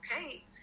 okay